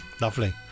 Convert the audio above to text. Lovely